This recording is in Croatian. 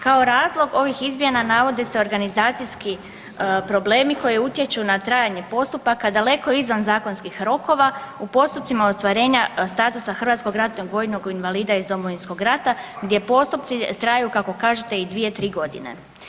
Kao razlog ovih izmjena navode se organizacijski problemi koji utječu na trajanje postupaka daleko izvan zakonskih rokova u postupcima ostvarenja statusa hrvatskog ratnog vojnog invalida iz Domovinskog rata gdje postupci traju kako kažete i dvije, tri gone.